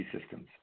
systems